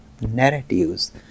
narratives